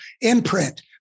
imprint